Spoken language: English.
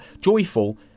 joyful